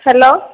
hello